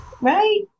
right